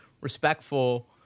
respectful